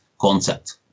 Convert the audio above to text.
concept